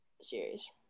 series